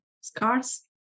scars